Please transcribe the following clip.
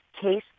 case